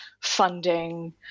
funding